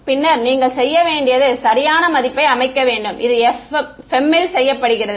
பின்னர் நீங்கள் செய்ய வேண்டியது சரியான மதிப்பை அமைக்க வேண்டும் இது FEM இல் செய்யப்படுகிறது